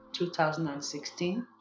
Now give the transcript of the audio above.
2016